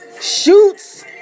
shoots